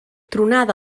tronada